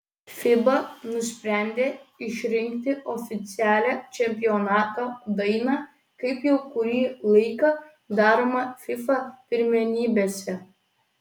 fiba nusprendė išrinkti oficialią čempionato dainą kaip jau kurį laiką daroma fifa pirmenybėse